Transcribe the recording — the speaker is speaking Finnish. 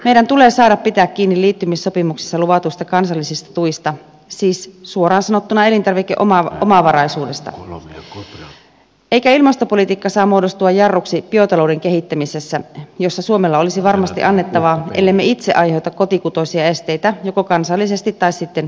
meidän tulee saada pitää kiinni liittymissopimuksissa luvatuista kansallisista tuista siis suoraan sanottuna elintarvikeomavaraisuudesta eikä ilmastopolitiikka saa muodostua jarruksi biotalouden kehittämisessä jossa suomella olisi varmasti annettavaa ellemme itse aiheuta kotikutoisia esteitä joko kansallisesti tai sitten unionin tasolla